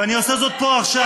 ואני עושה זאת פה עכשיו,